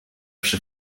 przy